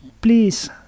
please